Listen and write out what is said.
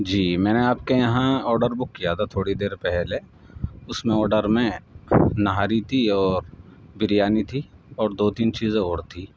جی میں نے آپ کے یہاں آرڈر بک کیا تھا تھوڑی دیر پہلے اس میں آرڈر میں نہاری تھی اور بریانی تھی اور دو تین چیزیں اور تھی